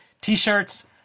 t-shirts